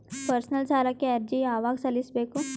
Personal ಸಾಲಕ್ಕೆ ಅರ್ಜಿ ಯವಾಗ ಸಲ್ಲಿಸಬೇಕು?